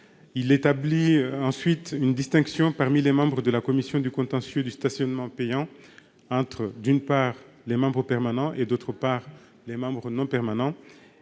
à établir une distinction parmi les membres de la commission du contentieux du stationnement payant, entre, d'une part, les membres permanents et, d'autre part, les membres non permanents.